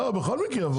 לא, בכל מקרה יבואו.